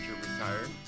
retired